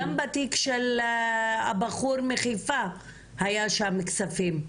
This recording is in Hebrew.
גם בתיק של הבחור מחיפה היו כספים.